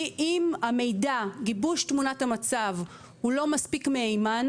אם גיבוש תמונת המצב הוא לא מספיק מהימן,